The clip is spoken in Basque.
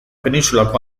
penintsulako